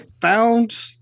found